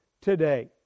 today